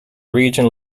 region